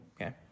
Okay